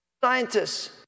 scientists